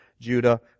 Judah